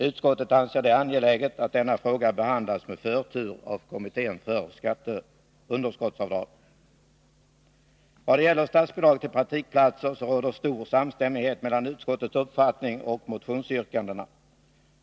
Utskottet anser det angeläget att denna fråga behandlas med förtur av kommittén om underskottsavdrag. Vad gäller statsbidrag till praktikplatser råder stor samstämmighet mellan utskottets uppfattning och motionsyrkandena.